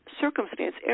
circumstance